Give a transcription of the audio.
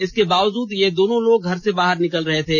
इसके बावजूद ये दोनों लोग घर से बाहर निकल रहे थे